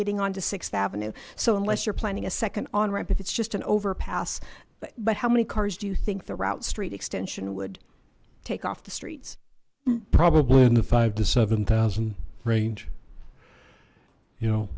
getting onto sixth avenue so unless you're planning a second on ramp if it's just an overpass but but how many cars do you think the route street extension would take off the streets probably in the five to seven thousand range you know